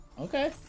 okay